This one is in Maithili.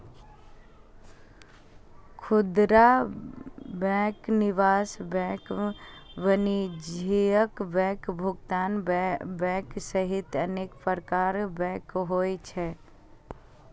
खुदरा बैंक, निवेश बैंक, वाणिज्यिक बैंक, भुगतान बैंक सहित अनेक प्रकारक बैंक होइ छै